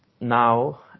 now